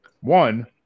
one